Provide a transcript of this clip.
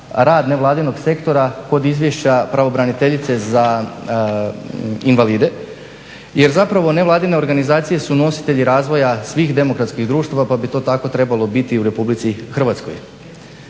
rad nevladinog sektora kod izvješća pravobraniteljice za invalide. Jer zapravo nevladine organizacije su nositelji razvoja svih demokratskih društava, pa bi to tako trebalo biti i u Republici Hrvatskoj.